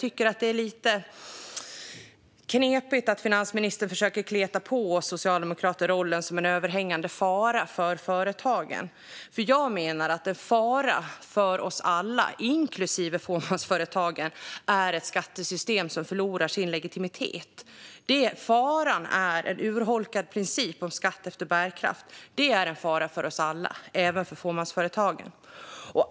Det är lite knepigt att finansministern försöker att kleta på oss socialdemokrater rollen som en överhängande fara för företagen. Jag menar att en fara för oss alla, inklusive fåmansföretagen, är ett skattesystem som förlorar sin legitimitet. Faran är en urholkad princip om skatt efter bärkraft. Det är en fara för oss alla och även för fåmansföretagen.